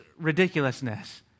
ridiculousness